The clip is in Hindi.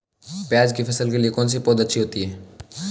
प्याज़ की फसल के लिए कौनसी पौद अच्छी होती है?